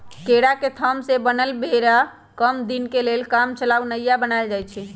केरा के थम से बनल बेरा कम दीनके लेल कामचलाउ नइया बनाएल जाइछइ